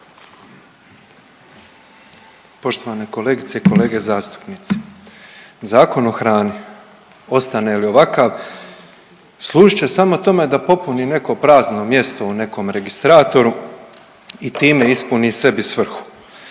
Poštovane kolegice i kolege zastupnici, Zakon o hrani ostane li ovakav služit će samo tome da popuni neko prazno mjesto u nekom registratoru i time ispuni sebi svrhu.